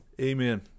Amen